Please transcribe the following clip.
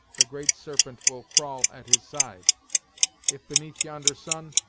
the great serpent will crawl at his side if beneath yonder sun,